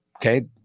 Okay